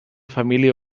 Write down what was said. família